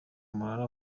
murara